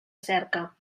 cerca